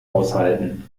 aushalten